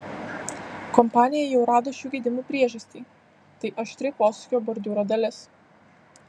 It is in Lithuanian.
kompanija jau rado šių gedimų priežastį tai aštri posūkio bordiūro dalis